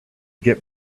get